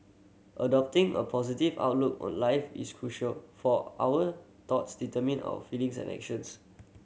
adopting a positive outlook on life is crucial for our thoughts determine our feelings and actions